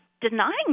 denying